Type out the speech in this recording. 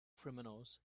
criminals